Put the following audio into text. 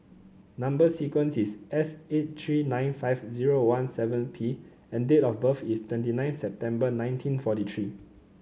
number sequence is S eight three nine five zero one seven P and date of birth is twenty nine September nineteen forty three